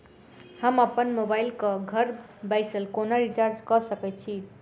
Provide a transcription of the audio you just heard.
हम अप्पन मोबाइल कऽ घर बैसल कोना रिचार्ज कऽ सकय छी?